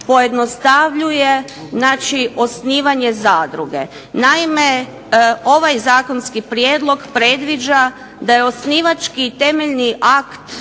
pojednostavljuje osnivanje zadruge. Naime, ovaj zakonski prijedlog predviđa da je osnivački temeljni akt